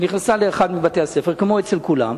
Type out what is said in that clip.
היא נכנסה לאחד מבתי-הספר, כמו אצל כולם,